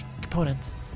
components